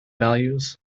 values